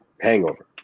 Hangover